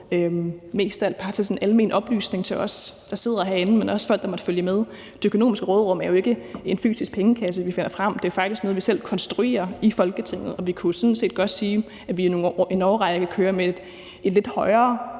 mest af alt bare til sådan almen oplysning til os, der sidder herinde, men også folk, der måtte følge med. Det økonomiske råderum er jo ikke en fysisk pengekasse, vi finder frem. Det er faktisk noget, vi selv konstruerer i Folketinget. Og vi kunne jo sådan set godt sige, at vi i en årrække kører med et lidt højere